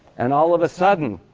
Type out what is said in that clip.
and all of a sudden